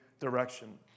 direction